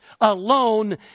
alone